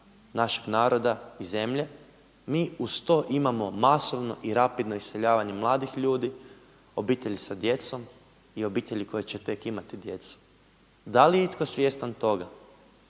našeg naroda i zemlje, mi uz to imamo masovno i rapidno iseljavanje mladih ljudi, obitelji sa djecom i obitelji koje će tek imati djecu. Da li je itko svjestan toga